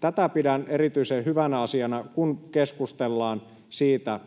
Tätä pidän erityisen hyvänä asiana, kun keskustellaan siitä,